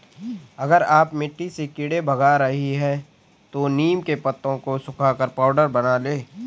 अगर आप मिट्टी से कीड़े भगा रही हैं तो नीम के पत्तों को सुखाकर पाउडर बना लें